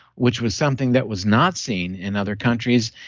which was something that was not seen in other countries,